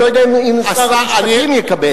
אני לא יודע אם שר המשפטים יקבל.